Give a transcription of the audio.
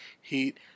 heat